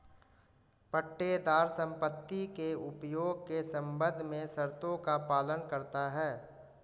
पट्टेदार संपत्ति के उपयोग के संबंध में शर्तों का पालन करता हैं